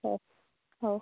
ହଉ ହଉ